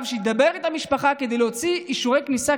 שידבר עם המשפחה כדי להוציא אישורי כניסה,